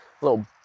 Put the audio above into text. Little